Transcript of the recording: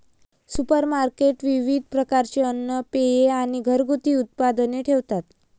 supermarket विविध प्रकारचे अन्न, पेये आणि घरगुती उत्पादने ठेवतात